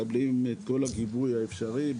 מקבלים את כל הגיבוי האפשרי.